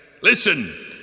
listen